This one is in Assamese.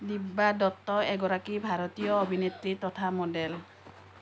দিব্যা দত্ত এগৰাকী ভাৰতীয় অভিনেত্ৰী তথা মডেল